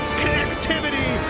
connectivity